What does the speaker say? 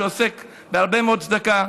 שעוסק בהרבה מאוד צדקה,